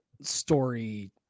story